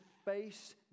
face